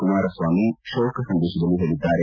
ಕುಮಾರಸ್ವಾಮಿ ಶೋಕ ಸಂದೇಶದಲ್ಲಿ ಹೇಳಿದ್ದಾರೆ